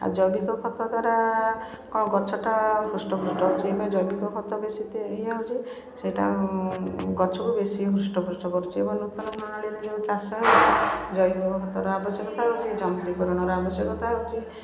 ଆଉ ଜୈବିକ ଖତ ଦ୍ୱାରା କ'ଣ ଗଛଟା ହୃଷ୍ଟ ପୃଷ୍ଟ ହେଉଛି ସେଇଥିପାଇଁ ଜୈବିକ ଖତ ବେଶୀ ତିଆରି ହେଇ ଯାଉଛି ସେଇଟା ଗଛକୁ ବେଶୀ ହୃଷ୍ଟପୃଷ୍ଟ କରୁଛି ଏବଂ ନୂତନ ପ୍ରଣାଳୀରେ ଯେଉଁ ଚାଷ ହେଉଛି ଜୈବିକ ଖତର ଆବଶ୍ୟକତା ହେଉଛି ଜମି ବିକିରଣର ଆବଶ୍ୟକତା ହେଉଛି